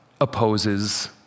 opposes